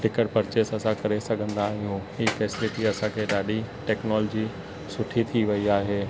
ticket purchase असां करे सघंदा आहियूं हीउ फैसिलिटी असांखे ॾाढी टैक्नोलजी सुठी थी वई आहे